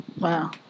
Wow